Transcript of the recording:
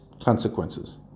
consequences